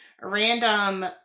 random